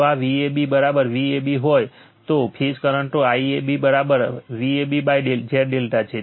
જો Vab Vab હોવાથી ફેઝના કરંટો IAB VabZ∆ છે